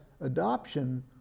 adoption